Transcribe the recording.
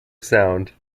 sound